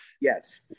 yes